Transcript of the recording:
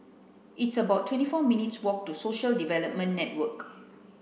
it's about twenty four minutes' walk to Social Development Network